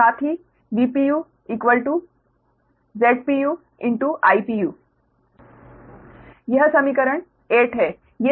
और साथ ही VPUZPU IPU यह समीकरण 8 है